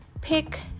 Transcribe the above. pick